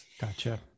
Gotcha